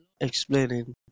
explaining